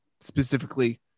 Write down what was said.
specifically